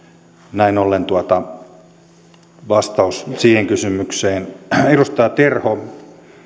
näin ollen tämä oli vastaus siihen kysymykseen edustaja terho